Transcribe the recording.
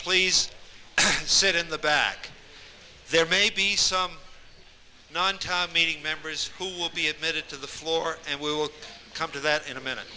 please sit in the back there may be some non time meeting members who will be admitted to the floor and we will come to that in a minute